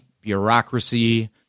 bureaucracy